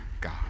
God